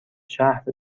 شهر